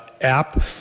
app